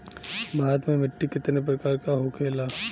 भारत में मिट्टी कितने प्रकार का होखे ला?